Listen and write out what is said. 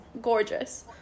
gorgeous